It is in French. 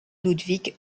ludvig